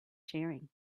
sharing